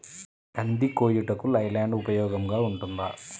కంది కోయుటకు లై ల్యాండ్ ఉపయోగముగా ఉంటుందా?